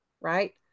right